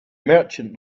merchant